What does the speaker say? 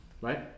Right